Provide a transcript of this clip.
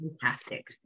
fantastic